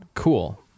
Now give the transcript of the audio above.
cool